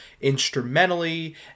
instrumentally